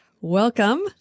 Welcome